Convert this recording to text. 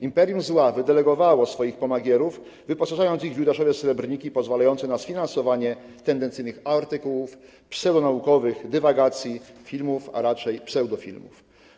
Imperium zła wydelegowało swoich pomagierów, wyposażając ich w judaszowe srebrniki pozwalające na sfinansowanie tendencyjnych artykułów, pseudonaukowych dywagacji i filmów, a raczej pseudofilmów.